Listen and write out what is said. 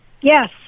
Yes